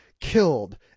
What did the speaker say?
killed